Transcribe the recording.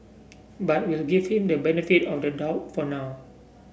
but we'll give him the benefit on the doubt for now